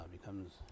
becomes